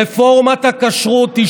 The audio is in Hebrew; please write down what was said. רפורמת הכשרות.